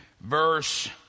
verse